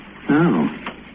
No